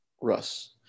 Russ